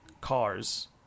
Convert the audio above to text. cars